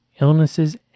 illnesses